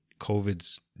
COVID's